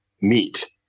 meet